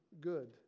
good